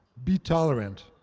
be tolerant.